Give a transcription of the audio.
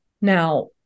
Now